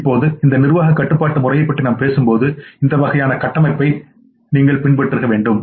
இப்போது இந்த நிர்வாக கட்டுப்பாட்டு முறையைப் பற்றி நாம் பேசும்போது இந்த வகையான கட்டமைப்பை நீங்கள் பின்பற்றுகிறீர்கள்